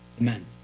Amen